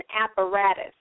apparatus